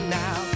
now